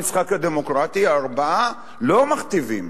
במשחק הדמוקרטי ארבעה לא קובעים.